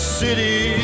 city